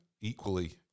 equally